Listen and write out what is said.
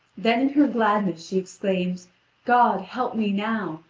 then in her gladness she exclaims god, help me now.